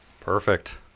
Perfect